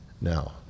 now